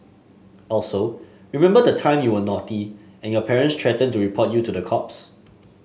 also remember the time you were naughty and your parents threatened to report you to the cops